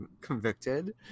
convicted